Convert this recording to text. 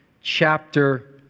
chapter